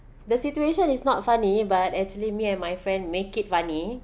the situation is not funny but actually me and my friend make it funny